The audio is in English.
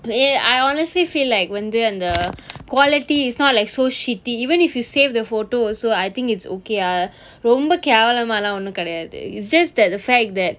play I honestly feel like வந்து அந்த :vanthu antha and the quality is not like so shitty even if you save the photo also I think it's okay ah ரொம்ப கேவலமல ஒன்னும் கெடையாது :romba kevalamala onum kedaiyathu it's just that the fact that